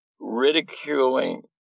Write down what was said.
ridiculing